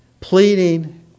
pleading